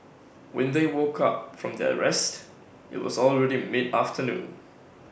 when they woke up from their rest IT was already mid afternoon